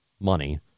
money